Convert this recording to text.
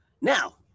now